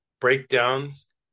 breakdowns